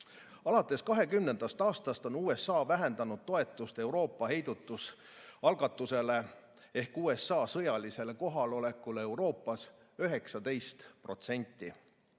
Alates 2020. aastast on USA vähendanud toetust Euroopa heidutusalgatusele ehk USA sõjalisele kohalolekule Euroopas 19%.